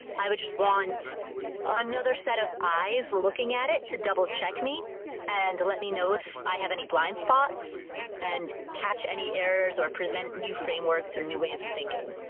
i would just want another set of eyes looking at it to double check me and to let me know if i have any blind spots and catch any errors or present new frameworks or new ways of thinking.